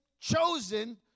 chosen